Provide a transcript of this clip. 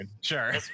sure